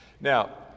now